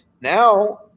now